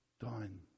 done